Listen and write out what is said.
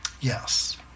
Yes